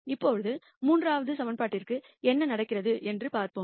இப்போது மூன்றாவது ஈகிவேஷனிற்கு என்ன நடக்கிறது என்று பார்ப்போம்